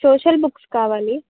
social books కావాలి